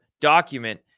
document